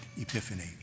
Epiphany